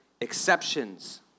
exceptions